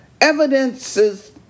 evidences